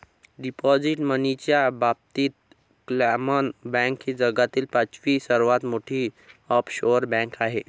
deposit मनीच्या बाबतीत क्लामन बँक ही जगातील पाचवी सर्वात मोठी ऑफशोअर बँक आहे